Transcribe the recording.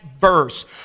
verse